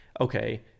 okay